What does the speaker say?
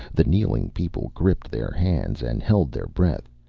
the kneeling people gripped their hands and held their breath,